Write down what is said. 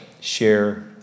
share